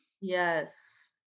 Yes